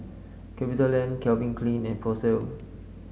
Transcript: Capitaland Calvin Klein and Fossil